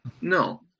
no